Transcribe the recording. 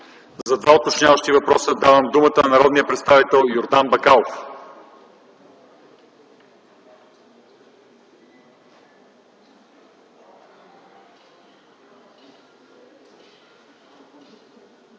За два уточняващи въпроса давам думата на народния представител Йордан Бакалов.